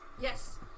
Yes